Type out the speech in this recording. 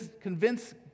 convince